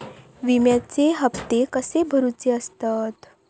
विम्याचे हप्ते कसे भरुचे असतत?